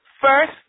first